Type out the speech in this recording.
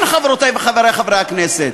כן, חברותי וחברי חברי הכנסת.